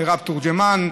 מירב תורג'מן,